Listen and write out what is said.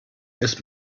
ist